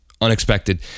unexpected